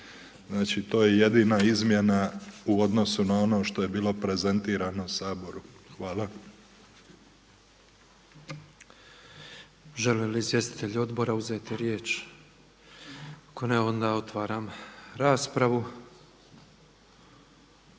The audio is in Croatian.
Znači, to je jedina izmjena u odnosu na ono što je bilo prezentirano Saboru. Hvala. **Petrov, Božo (MOST)** Žele li izvjestitelji odbora uzeti riječ? Ako ne, onda otvaram raspravu.